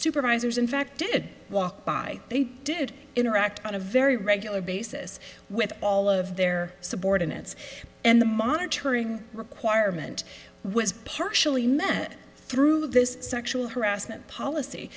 supervisors in fact did walk by they did interact on a very regular basis with all of their subordinates and the monitoring requirement was partially met through this sexual harassment policy